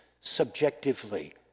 subjectively